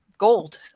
gold